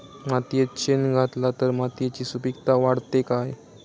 मातयेत शेण घातला तर मातयेची सुपीकता वाढते काय?